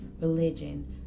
religion